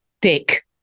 Dick